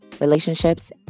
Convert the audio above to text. relationships